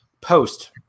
Post